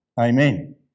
Amen